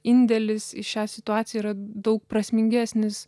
indėlis į šią situaciją yra daug prasmingesnis